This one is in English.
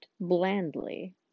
blandly